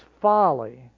folly